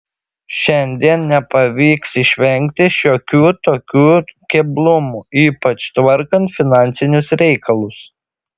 šiandien nepavyks išvengti šiokių tokių keblumų ypač tvarkant finansinius reikalus